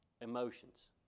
emotions